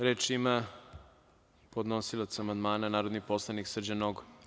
Reč ima podnosilac amandmana narodni poslanik Srđan Nogo.